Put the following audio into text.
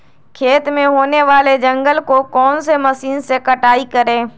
खेत में होने वाले जंगल को कौन से मशीन से कटाई करें?